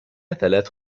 ثلاث